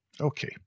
okay